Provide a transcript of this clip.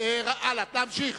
להמשיך.